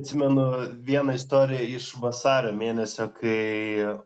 atsimenu vieną istoriją iš vasario mėnesio kai